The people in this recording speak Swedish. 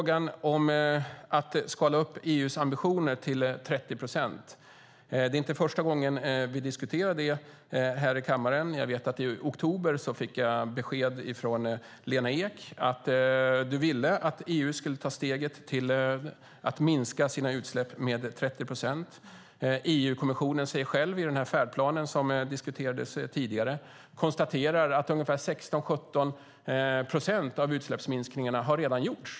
Det är inte första gången som vi här i kammaren diskuterar frågan om att skala upp EU:s ambitioner till 30 procent. I oktober fick jag besked från Lena Ek att hon ville att EU skulle ta steget att minska sina utsläpp med 30 procent. EU-kommissionen själv konstaterar i färdplanen som diskuterades tidigare att ungefär 17 procent av utsläppsminskningarna redan har gjorts.